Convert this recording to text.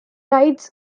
rides